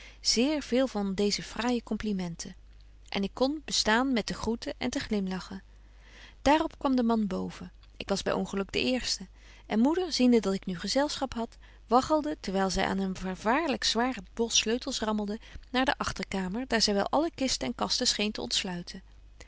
zeer veel van deeze fraaije complimenten en ik kon bestaan met te groeten en te glimlachen daar op kwam de man boven ik was by ongeluk de eerste en moeder ziende dat ik nu gezelschap had waggelde terwyl zy aan een vervaarlyk zwaren bos sleutels rammelde naar de agterkamer daar zy wel alle kisten en kasten scheen te ontsluiten